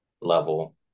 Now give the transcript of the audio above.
level